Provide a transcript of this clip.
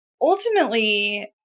ultimately